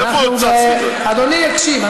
אדוני יקשיב.